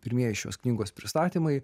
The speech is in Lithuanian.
pirmieji šios knygos pristatymai